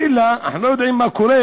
כי אנחנו לא יודעים מה קורה,